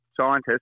scientists